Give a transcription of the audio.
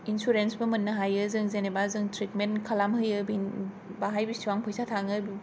insurance बो मोननो हायो जों जेनेबा जों ट्रेदमेन्द खालाम होयो बिनि बाहाय बेसेबां फैसा थाङो